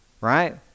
right